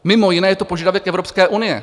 Mimo jiné je to požadavek Evropské unie.